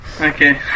Okay